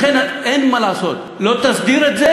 לכן, אין מה לעשות, לא תסדיר את זה?